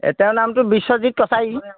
এই তেওঁৰ নামটো বিশ্বজিৎ কছাৰী